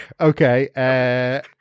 Okay